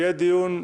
הישיבה נעולה.